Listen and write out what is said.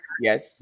Yes